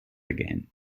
again